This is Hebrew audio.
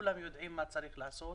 כולם יודעים מה צריך לעשות